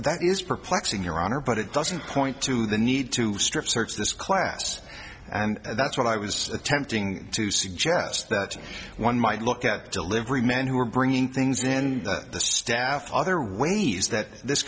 that is perplexing your honor but it doesn't point to the need to strip search this class and that's what i was attempting to suggest that one might look at delivery men who are bringing things in the staff other ways th